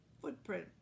footprint